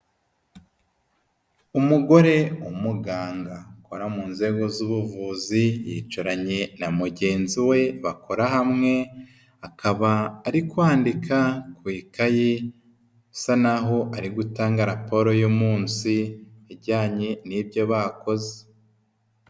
Umugore w'umuganga, ukora mu nzego z'ubuvuzi yicaranye na mugenzi we bakora hamwe, akaba ari kwandika ku ikayi, bisa n'aho ari gutanga raporo y'umunsi ijyanye n'ibyo bakoze.